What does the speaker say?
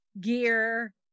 gear